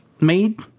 made